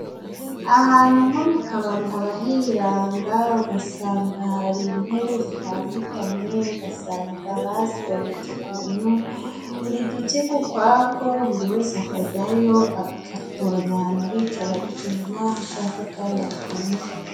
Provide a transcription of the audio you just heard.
Ahantu nko mu kabari, haba hiranga ugasanga hari intebe zitandukanye; ugasanga bazitondetse ukuntu buri dutsiko, ukwatwo, buri wese akajyayo agatoranya ahantu aricara bitewe n’aho ashaka kandi akunze.